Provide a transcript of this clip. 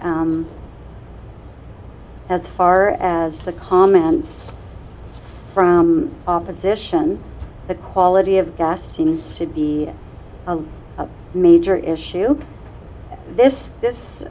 hill as far as the comments from opposition the quality of gas seems to be a major issue this this